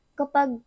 kapag